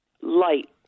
light